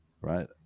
right